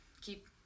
keep